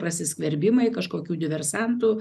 prasiskverbimai kažkokių diversantų